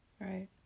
right